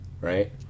right